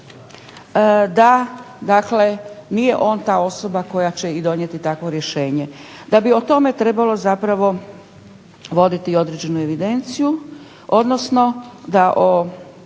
da dakle nije on ta osoba koja će i donijeti takvo rješenje. Da bi o tome trebalo zapravo voditi određenu evidenciju, odnosno da